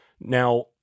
Now